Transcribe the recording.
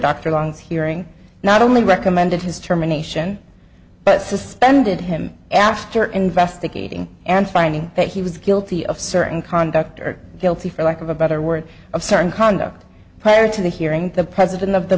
dr long's hearing not only recommended his term a nation but suspended him after investigating and finding that he was guilty of certain conduct or guilty for lack of a better word of certain conduct prior to the hearing the president of the